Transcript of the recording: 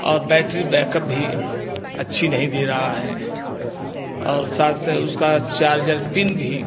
और battery backup भी अच्छी नहीं दे रहा है और साथ से उसका चार्जर पिन भी